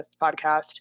Podcast